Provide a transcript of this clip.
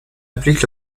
applique